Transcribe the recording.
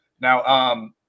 Now